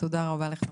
תודה רבה לך.